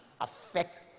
affect